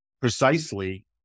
precisely